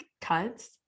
cuts